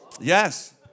Yes